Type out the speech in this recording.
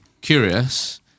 Curious